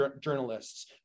journalists